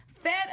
fed